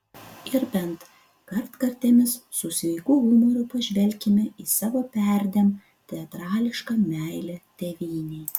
ir bent kartkartėmis su sveiku humoru pažvelkime į savo perdėm teatrališką meilę tėvynei